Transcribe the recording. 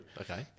Okay